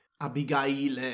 Abigail